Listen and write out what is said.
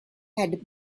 had